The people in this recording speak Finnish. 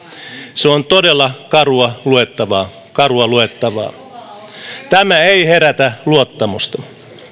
se on todella karua luettavaa karua luettavaa tämä ei herätä luottamusta